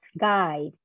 guide